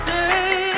Say